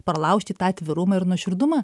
pralaužti į tą atvirumą ir nuoširdumą